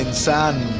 son!